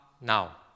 now